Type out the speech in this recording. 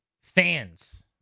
fans